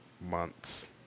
months